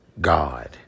God